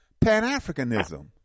Pan-Africanism